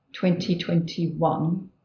2021